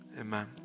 Amen